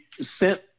sent